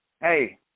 Hey